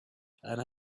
and